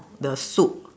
the soup